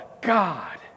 God